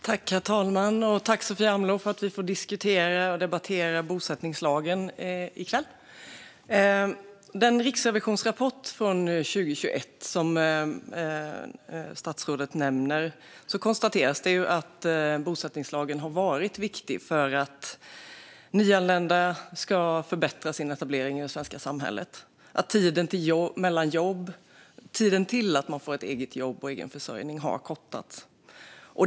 Herr talman! Jag tackar Sofia Amloh för att vi får diskutera och debattera bosättningslagen i kväll. I den riksrevisionsrapport från 2021 som statsrådet nämner konstateras att bosättningslagen har varit viktig för nyanländas möjligheter att förbättra sin etablering i det svenska samhället och att tiden till att man får ett eget jobb och egen försörjning har kortats.